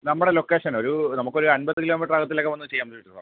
നമ്മുടെ ലൊക്കേഷൻ ഒരു നമുക്കൊരു അമ്പത് കിലോമീറ്റർ അകലത്തിലൊക്കെ വന്ന് ചെയ്യാൻ പറ്റുകയുള്ളു സാറേ